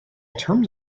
terms